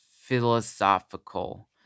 philosophical